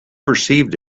perceived